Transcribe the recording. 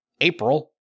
April